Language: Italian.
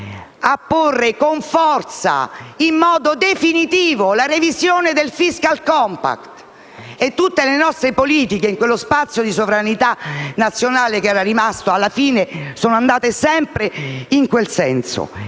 affrontare con forza e in modo definitivo la revisione del *fiscal compact.* Tutte le nostre politiche in quello spazio di sovranità nazionale che era rimasto, alla fine sono andate sempre in quel senso.